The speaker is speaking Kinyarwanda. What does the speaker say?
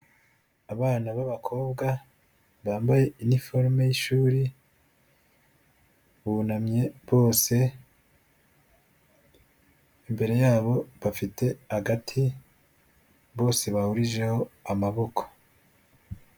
Abana b'abakobwa bambaye iniforume y'ishuri bunamye bose, imbere yabo bafite agati bose bahurijeho amaboko.